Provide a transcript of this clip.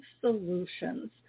Solutions